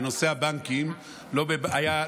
ונושא הבנקים לא בבעיה,